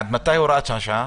עד מתי הוראת השעה?